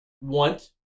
want